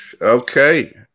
Okay